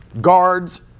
Guards